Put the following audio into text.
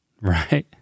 Right